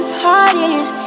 parties